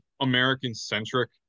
American-centric